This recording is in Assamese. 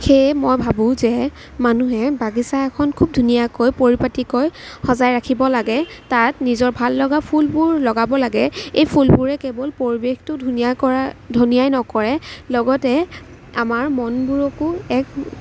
সেয়ে মই ভাবোঁ যে মানুহে বাগিচা এখন খুব ধুনীয়াকৈ পৰিপাটিকৈ সজাই ৰাখিব লাগে তাত নিজৰ ভাল লগা ফুলবোৰ লগাব লাগে এই ফুলবোৰে কেৱল পৰিৱেশটো ধুনীয়া কৰা ধুনীয়াই নকৰে লগতে আমাৰ মনবোৰকো এক